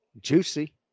Juicy